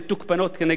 הממשלה,